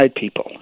people